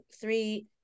three